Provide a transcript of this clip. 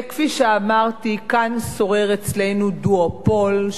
אצלנו כאן שורר דואופול של שתי רשתות,